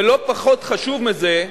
ולא פחות חשוב מזה,